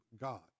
God